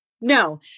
no